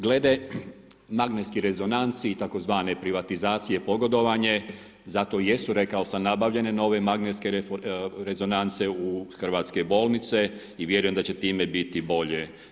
Glede magnetskih rezonanci i tzv. privatizacije, pogodovanje, zato i jesu rekao sam nabavljene nove magnetske rezonance u hrvatske bolnice i vjerujem da će time biti bolje.